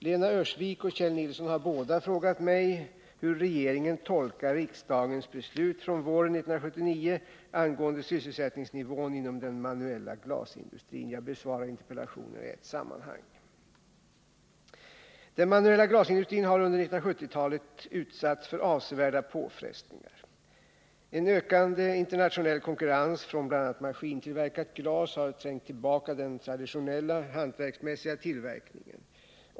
Lena Öhrsvik och Kjell Nilsson har båda frågat mig hur regeringen tolkar riksdagens beslut från våren 1979 angående sysselsättningsnivån inom den manuella glasindustrin. Jag besvarar interpellationerna i ett sammanhang. Den manuella glasindustrin har under 1970-talet utsatts för avsevärda påfrestningar. En ökande internationell konkurrens från bl.a. maskintillverkat glas har trängt tillbaka den traditionella, hantverksmässiga tillverkningen.